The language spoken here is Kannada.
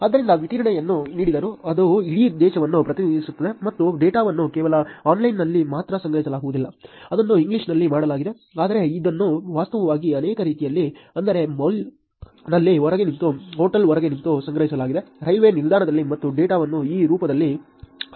ಆದ್ದರಿಂದ ವಿತರಣೆಯನ್ನು ನೀಡಿದರೆ ಅದು ಇಡೀ ದೇಶವನ್ನು ಪ್ರತಿನಿಧಿಸುತ್ತದೆ ಮತ್ತು ಡೇಟಾವನ್ನು ಕೇವಲ ಆನ್ಲೈನ್ನಲ್ಲಿ ಮಾತ್ರ ಸಂಗ್ರಹಿಸಲಾಗಿಲ್ಲ ಅದನ್ನು ಇಂಗ್ಲಿಷ್ನಲ್ಲಿ ಮಾಡಲಾಗಿದೆ ಆದರೆ ಇದನ್ನು ವಾಸ್ತವವಾಗಿ ಅನೇಕ ರೀತಿಯಲ್ಲಿ ಅಂದರೆ ಮಾಲ್ನಲ್ಲಿ ಹೊರಗೆ ನಿಂತು ಹೋಟೆಲ್ ಹೊರಗೆ ನಿಂತು ಸಂಗ್ರಹಿಸಲಾಗಿದೆ ರೈಲ್ವೆ ನಿಲ್ದಾಣದಲ್ಲಿ ಮತ್ತು ಡೇಟಾವನ್ನು ಈ ರೂಪಗಳಲ್ಲಿ ಸಂಗ್ರಹಿಸಲಾಗಿದೆ